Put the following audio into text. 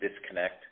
disconnect